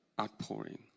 Outpouring